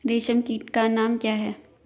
रेशम कीट का नाम क्या है?